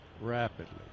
rapidly